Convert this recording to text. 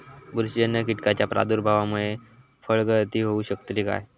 बुरशीजन्य कीटकाच्या प्रादुर्भावामूळे फळगळती होऊ शकतली काय?